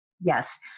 yes